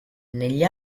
negli